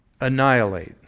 annihilate